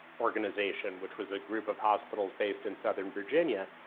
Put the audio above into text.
organization which was a group of hospitals based in southern virginia,